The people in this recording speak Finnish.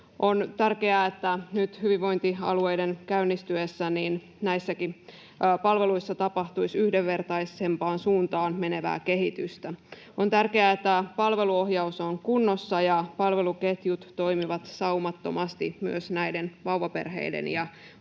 On tärkeää, että nyt hyvinvointialueiden käynnistyessä näissäkin palveluissa tapahtuisi yhdenvertaisempaan suuntaan menevää kehitystä. On tärkeää, että palveluohjaus on kunnossa ja palveluketjut toimivat saumattomasti myös näiden vauvaperheiden ja